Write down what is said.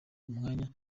umwanya